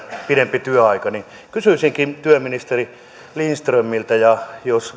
pidempi työaika niin kysyisinkin työministeri lindströmiltä ja valtiovarainministeri stubbilta jos